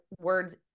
words